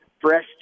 fresh